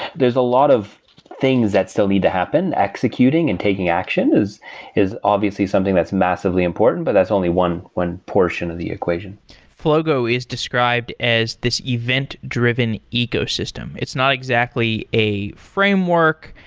there's a lot of things that still need to happen. executing and taking action is is obviously something that's massively important, but that's only one one portion of the equation flogo is described as this event-driven ecosystem. it's not exactly a framework.